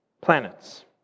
planets